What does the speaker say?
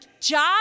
job